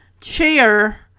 chair